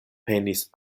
penis